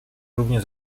równie